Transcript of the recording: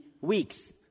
weeks